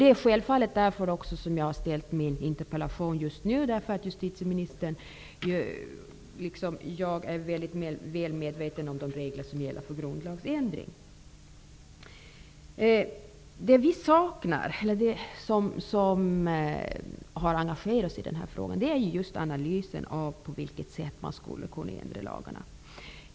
Det är självfallet också därför som jag har framställt min interpellation just nu. Jag är liksom justitieministern mycket väl medveten om de regler som gäller för grundlagsändring. Det som har engagerat oss i denna fråga är just analysen av på vilket sätt man skulle kunna ändra lagarna.